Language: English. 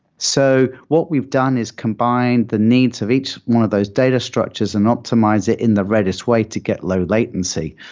so what we've done is combined the needs of each one of those data structures and optimize it in the redis way to get low latency.